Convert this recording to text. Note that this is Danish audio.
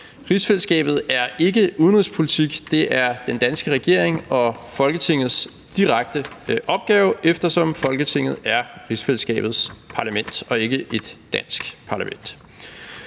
Rigsfællesskabet er ikke udenrigspolitik, det er den danske regering og Folketingets direkte opgave, eftersom Folketinget er rigsfællesskabets parlament og ikke et dansk parlament.